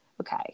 Okay